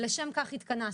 לשם כך התכנסנו.